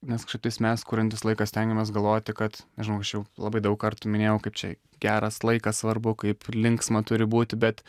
nes kažkaip tais mes kuriant visą laiką stengiamės galvoti kad žinau aš jau labai daug kartų minėjau kad čia geras laikas svarbu kaip linksma turi būti bet